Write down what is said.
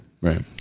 Right